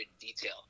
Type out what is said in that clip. detail